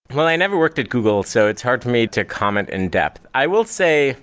well, i never worked at google so it's hard to me to comment in depth. i will say